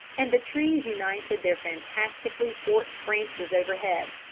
and the trees united their fantastically forked branches overhead.